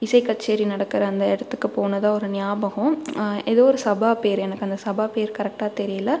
இசை கச்சேரி நடக்கிற அந்த இடத்துக்கு போனதாக ஒரு ஞாபகம் எதோ ஒரு சபா பெயரு எனக்கு அந்த சபா பெயரு கரெக்டாக தெரியலை